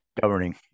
governing